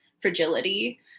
fragility